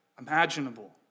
imaginable